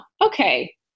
okay